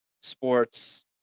sports